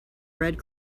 red